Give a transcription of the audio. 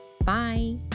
Bye